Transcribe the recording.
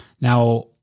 now